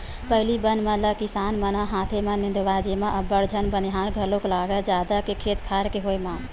पहिली बन मन ल किसान मन ह हाथे म निंदवाए जेमा अब्बड़ झन बनिहार घलोक लागय जादा के खेत खार के होय म